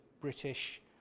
British